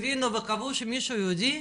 הבינו וקבעו שמישהו יהודי,